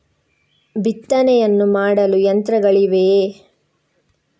ಬಿತ್ತನೆಯನ್ನು ಮಾಡಲು ಯಂತ್ರಗಳಿವೆಯೇ?